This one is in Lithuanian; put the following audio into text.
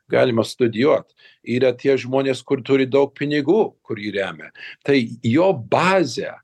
galima studijuot yra tie žmonės kur turi daug pinigų kur jį remia tai jo bazė